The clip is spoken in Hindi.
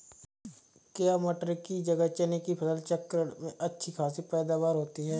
क्या मटर की जगह चने की फसल चक्रण में अच्छी खासी पैदावार होती है?